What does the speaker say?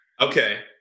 Okay